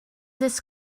this